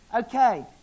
okay